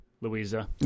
Louisa